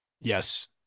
Yes